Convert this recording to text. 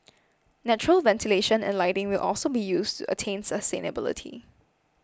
natural ventilation and lighting will also be used attain sustainability